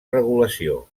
regulació